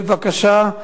לא היתה בקשה,